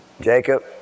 Jacob